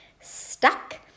stuck